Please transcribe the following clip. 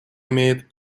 имеет